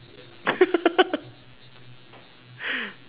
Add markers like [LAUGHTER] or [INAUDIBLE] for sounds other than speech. [LAUGHS]